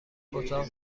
اتاق